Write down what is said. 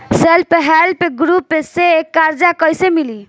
Self help group से कर्जा कईसे मिली?